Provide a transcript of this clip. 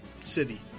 City